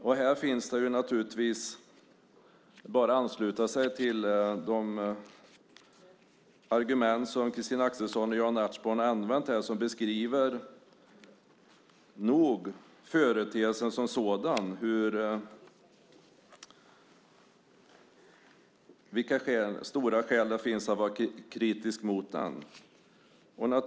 Det är naturligtvis bara att ansluta sig till de argument som Christina Axelsson och Jan Ertsborn använder när de beskriver företeelsen som sådan. Det visar vilka goda skäl det finns att vara kritisk mot den.